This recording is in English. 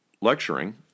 lecturing